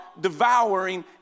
devouring